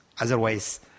Otherwise